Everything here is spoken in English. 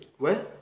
where